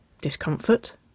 Discomfort